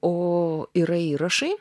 o yra įrašai